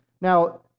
Now